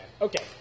Okay